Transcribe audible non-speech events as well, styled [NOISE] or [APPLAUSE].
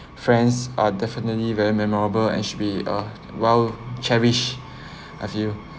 friends are definitely very memorable and should be uh well cherish [BREATH] I feel